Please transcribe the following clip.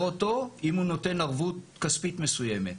אותו אם הוא נותן ערבות כספית מסוימת.